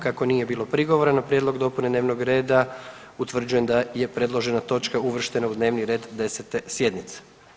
Kako nije bilo prigovora na prijedlog dopune dnevnog reda utvrđujem da je predložena točka uvrštena u dnevni red 10. sjednice.